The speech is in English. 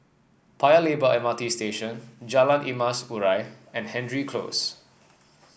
Paya Lebar M R T Station Jalan Emas Urai and Hendry Close